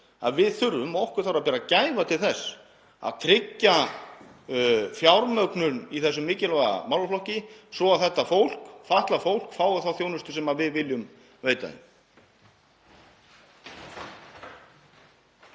að við þurfum að bera gæfu til þess að tryggja fjármögnun í þessum mikilvæga málaflokki svo að þetta fólk, fatlað fólk, fái þá þjónustu sem við viljum veita